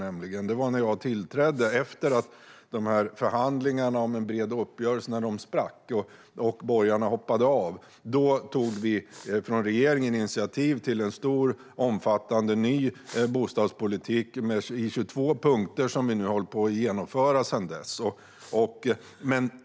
Det var när jag tillträdde, efter att förhandlingarna om en bred uppgörelse sprack och borgarna hoppade av, som vi i regeringen tog initiativ till en omfattande ny bostadspolitik i 22 punkter, som vi har hållit på att genomföra sedan dess.